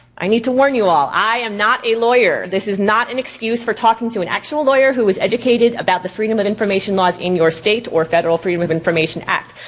i need to warn you all, i am not a lawyer. this is not an excuse for talking to an actual lawyer who is educated about the freedom of information laws in your state or the federal freedom of information act.